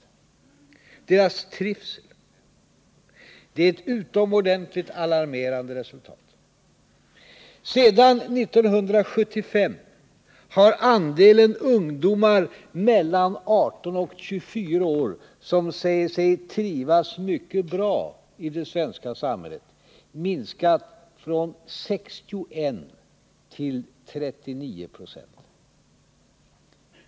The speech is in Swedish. Undersökningen uppvisar ett utomordentligt alarmerande resultat. Sedan 1975 har andelen ungdomar mellan 18 och 24 år som säger sig trivas mycket bra i det svenska samhället minskat från 61 till 39 96.